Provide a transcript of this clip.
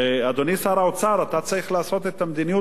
אתה צריך לעשות את המדיניות הזאת של ראש הממשלה,